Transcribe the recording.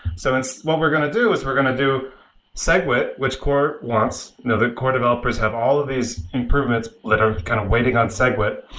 so what we're going to do is we're going to do segwit, which core wants. you know the core developers have all of these improvements that are kind of waiting on segwit,